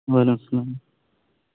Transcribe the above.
وعلیکم السلام